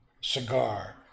cigar